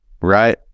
right